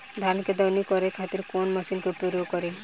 धान के दवनी करे खातिर कवन मशीन के प्रयोग करी?